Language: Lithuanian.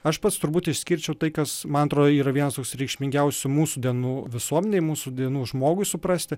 aš pats turbūt išskirčiau tai kas man atrodo yra vienas toks reikšmingiausių mūsų dienų visuomenei mūsų dienų žmogui suprasti